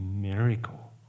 miracle